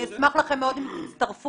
אני אשמח מאוד אם תצטרפו,